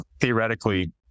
theoretically